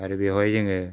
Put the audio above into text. आरो बेवहाय जोङो